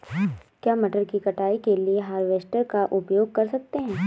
क्या मटर की कटाई के लिए हार्वेस्टर का उपयोग कर सकते हैं?